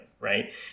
Right